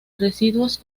residuos